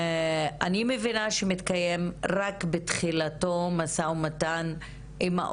אני מבינה שמתקיים משא ומתן רק בתחילתו עם